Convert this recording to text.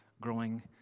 growing